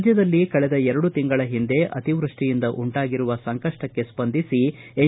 ರಾಜ್ಯದಲ್ಲಿ ಕಳೆದ ಎರಡು ತಿಂಗಳ ಹಿಂದೆ ಅತಿವೃಷ್ಷಿಯಿಂದ ಉಂಟಾಗಿರುವ ಸಂಕಷ್ಷಕ್ಕೆ ಸ್ಪಂದಿಸಿ ಎನ್